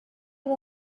del